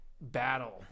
battle